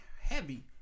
heavy